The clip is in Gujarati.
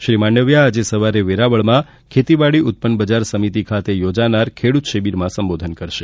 શ્રી માંડવીયા આજે સવારે વેરાવળમાં ખેતીવાડી ઉત્પન્ન બજાર સમિતી ખાતે યોજાનાર ખેડૂત શિબિરમાં સંબોધન કરશે